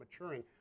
maturing